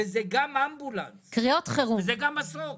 שזה גם אמבולנס, וזה גם מסוק.